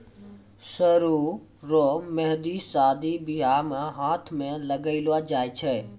सरु रो मेंहदी शादी बियाह मे हाथ मे लगैलो जाय छै